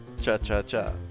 Cha-cha-cha